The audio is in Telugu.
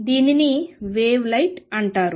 దీనిని వేవ్ లైట్ అంటారు